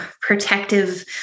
protective